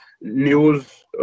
news